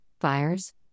fires